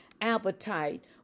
appetite